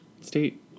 State